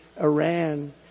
Iran